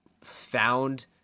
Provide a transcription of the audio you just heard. found